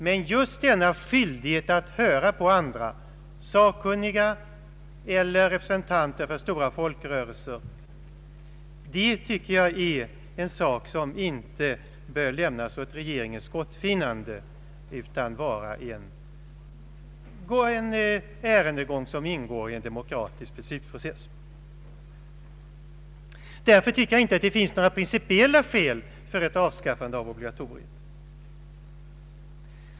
Men just denna skyldighet att höra på andra — sakkunniga eller representanter för stora folkrörelser — tycker jag är en sak som inte bör lämnas åt regeringens gottfinnande utan vara en ärendegång som ingår i en demokratisk beslutsprocess. Därför tycker jag inte att det finns några principiella skäl för ett avskaffande av obligatoriet.